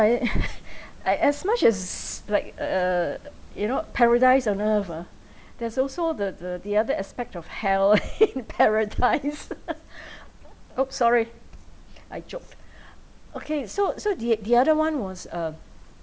I I as much as like ugh you know paradise on earth ah there's also the the the other aspect of hell in paradise !oops! sorry I drop okay so so the the other one was uh